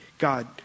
God